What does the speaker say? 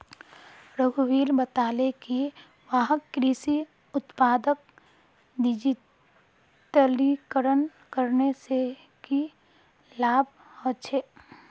रघुवीर बताले कि वहाक कृषि उत्पादक डिजिटलीकरण करने से की लाभ ह छे